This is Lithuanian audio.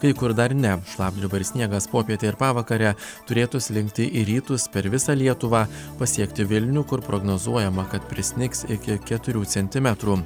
kai kur dar ne šlapdriba ir sniegas popietę ir pavakarę turėtų slinkti į rytus per visą lietuvą pasiekti vilnių kur prognozuojama kad prisnigs iki keturių centimetrų